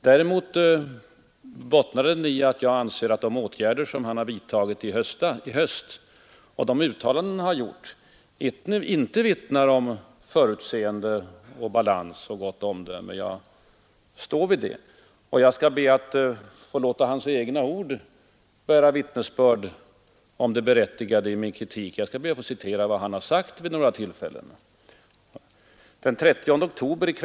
Däremot bottnar den i att jag anser att de åtgärder han vidtagit i höst och de uttalanden han gjort inte vittnar om förutseende, balans och gott omdöme. Jag står fast vid det. Jag skall be att få låta hans egna ord bära vittnesbörd om det berättigade i min kritik; jag skall citera vad han har sagt vid några tillfällen.